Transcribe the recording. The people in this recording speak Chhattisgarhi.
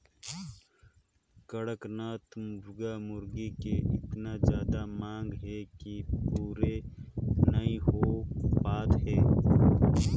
कड़कनाथ मुरगा मुरगी के एतना जादा मांग हे कि पूरे नइ हो पात हे